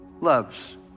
loves